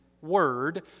word